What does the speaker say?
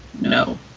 no